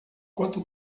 quanto